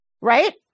right